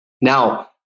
Now